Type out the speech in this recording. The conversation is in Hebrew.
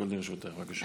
שלוש דקות לרשותך, בבקשה.